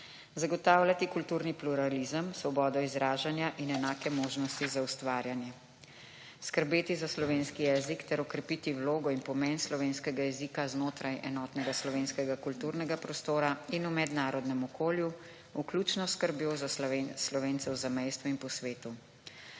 Zagotavljati kulturni pluralizem, svobodo izražanja in enake možnosti za ustvarjanje. Skrbeti za slovenski jezik ter okrepiti vlogo in pomen slovenskega jezika znotraj enotnega slovenskega kulturnega prostora in v mednarodnem okolju vključno s skrbjo za Slovence v zamejstvu in po svetu.